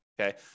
okay